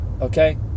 Okay